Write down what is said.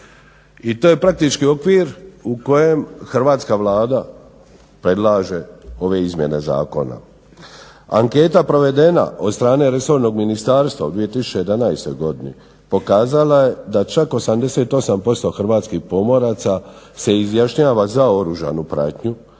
I to je praktički okvir u kojem hrvatska Vlada predlaže ove izmjene zakona. Anketa provedena od strane resornog ministarstva u 2011. godini pokazala je da čak 88% hrvatskih pomoraca se izjašnjava za oružanu pratnju,